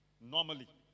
Normally